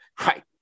Right